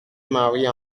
mariée